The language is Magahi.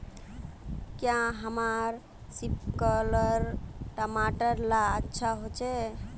क्याँ हमार सिपकलर टमाटर ला अच्छा होछै?